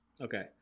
Okay